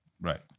Right